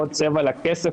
עוד צבע לכסף,